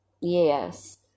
Yes